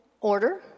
order